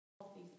healthy